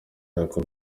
narwo